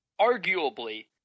Arguably